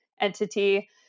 entity